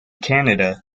canada